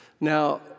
Now